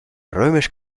römisch